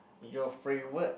your favorite